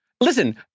Listen